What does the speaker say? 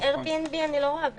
אייר BNB איני רואה בעיה.